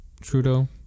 Trudeau